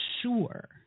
sure